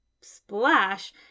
splash